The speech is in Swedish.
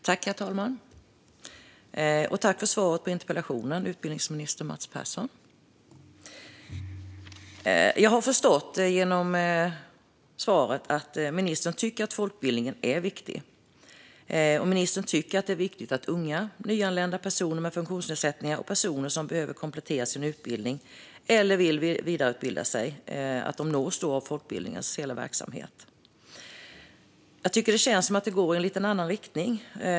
Herr talman! Jag tackar utbildningsminister Mats Persson för svaret på interpellationen. Jag har genom svaret förstått att ministern tycker att folkbildningen är viktig. Ministern tycker att det är viktigt att unga, nyanlända, personer med funktionsnedsättning och personer som behöver komplettera sin utbildning eller vill vidareutbilda sig nås av folkbildningens hela verksamhet. Jag tycker dock att det känns som att det går i en lite annan riktning.